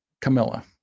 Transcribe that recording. Camilla